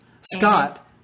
Scott